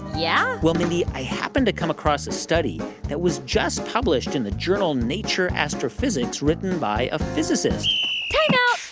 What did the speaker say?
yeah well, mindy, i happened to come across a study that was just published in the journal nature astrophysics written by a physicist timeout.